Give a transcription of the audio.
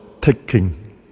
taking